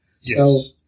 Yes